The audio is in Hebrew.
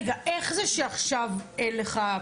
רגע, איך זה שעכשיו אין לך?